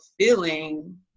feeling